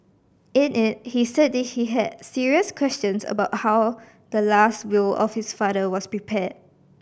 in it he said that he had serious questions about how the last will of his father was prepared